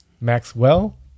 Maxwell